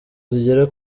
zigera